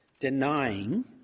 denying